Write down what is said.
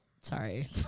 sorry